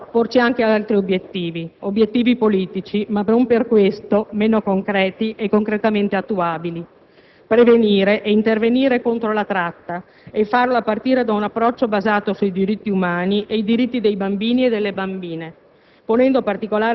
Dobbiamo però porci anche altri obiettivi; obiettivi politici, ma non per questo meno concreti e concretamente attuabili: prevenire e intervenire contro la tratta, facendolo a partire da un approccio basato sui diritti umani e su quelli dei bambini e delle bambine,